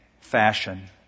fashion